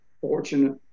fortunate